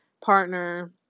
partner